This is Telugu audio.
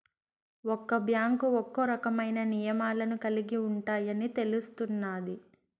ఒక్క బ్యాంకు ఒక్కో రకమైన నియమాలను కలిగి ఉంటాయని తెలుస్తున్నాది